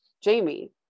Jamie